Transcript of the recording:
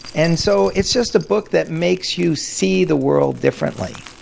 and so it's just a book that makes you see the world differently.